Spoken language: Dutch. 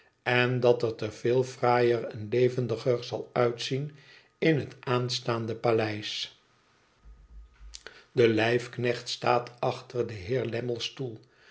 en dat het er veel fraaier en levendiger zal uitzien in het aanstaande paleis de lijfknecht staat achter den heer lammle's stoel